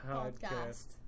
Podcast